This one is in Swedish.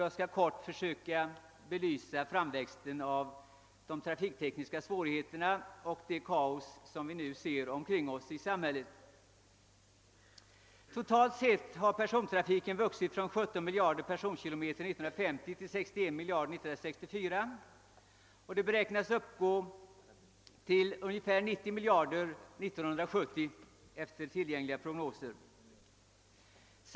Jag skall kort försöka belysa uppkomsten av de trafiktekniska svårigheter och det kaos som vi nu ser omkring oss i samhället. Totalt sett har persontrafiken vuxit från 17 miljarder personkilometer till 61 miljarder år 1964, och den beräknas enligt prognoserna uppgå till ungefär 90 miljarder personkilometer år 1970.